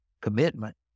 commitment